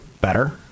better